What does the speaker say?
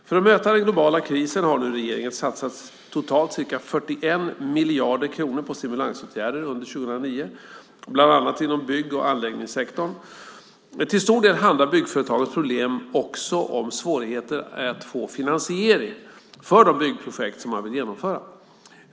För att möta den globala krisen har nu regeringen satsat totalt ca 41 miljarder kronor på stimulansåtgärder under 2009, bland annat inom bygg och anläggningssektorn. Till stor del handlar byggföretagens problem också om svårigheter att få finansiering för de byggprojekt som man vill genomföra.